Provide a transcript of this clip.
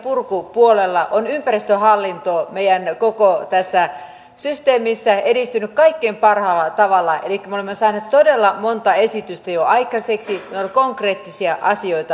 byrokratian purkupuolella on ympäristöhallinto meidän koko tässä systeemissä edistynyt kaikkein parhaalla tavalla elikkä me olemme saaneet todella monta esitystä jo aikaiseksi ne ovat konkreettisia asioita